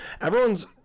everyone's